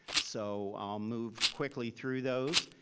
so i'll move quickly through those.